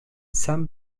some